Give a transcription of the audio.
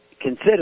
consider